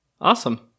awesome